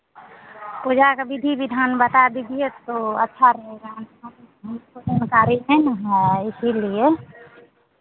पूजा के विधि विधान बता दीजिए तो अच्छा रहेगा हमको जानकारी नहीं ना है इसीलिए